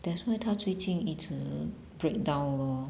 that's why 他最近一直 breakdown lor